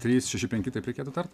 trys penki taip reikėtų tart